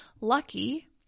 lucky